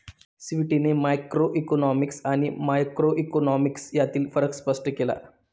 स्वीटीने मॅक्रोइकॉनॉमिक्स आणि मायक्रोइकॉनॉमिक्स यांतील फरक स्पष्ट केला